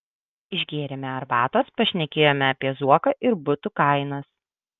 išgėrėme arbatos pašnekėjome apie zuoką ir butų kainas